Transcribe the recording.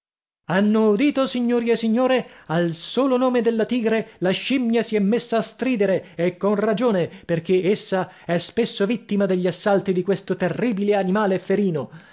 hanno udito signori e signore al solo nome della tigre la scimmia si è messa a stridere e con ragione perché essa è spesso vittima degli assalti di questo terribile animale ferino